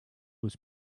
was